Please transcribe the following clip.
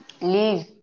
leave